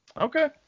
Okay